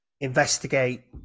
investigate